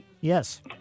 Yes